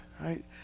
right